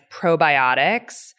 probiotics